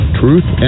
truth